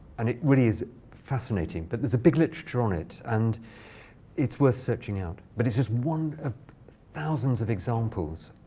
and it really is fascinating. but there's a big literature on it, and it's worth searching out. but it's just one of thousands of examples